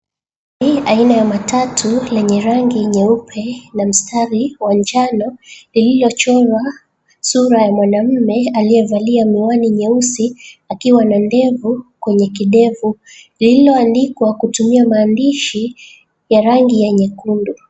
Hii aina ya matatu lenye rangi nyeupe na mstari wa njano lililochorwa sura ya mwanaume aliyevalia miwani nyeusi akiwa na ndevu kwenye kidevu lililoandikwa kutumia maandishi ya rangi ya nyekundu.